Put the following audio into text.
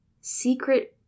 secret